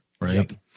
right